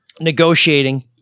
negotiating